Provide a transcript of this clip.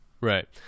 Right